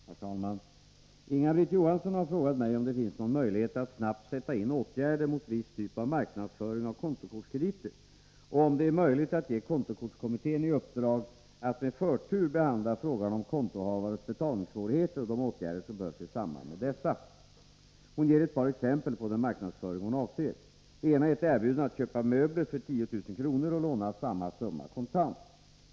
Herr talman! Inga-Britt Johansson har frågat mig om det finns någon möjlighet att snabbt sätta in åtgärder mot viss typ av marknadsföring av kontokortskrediter och om det är möjligt att ge kontokortskommittén i uppdrag att med förtur behandla frågan om kontohavares betalningssvårigheter och de åtgärder som behövs i samband med dessa. Hon ger ett par exempel på den marknadsföring hon avser. Det ena är ett erbjudande att köpa möbler för 10 000 kr. och låna samma summa kontant.